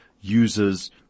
users